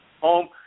home